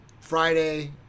Friday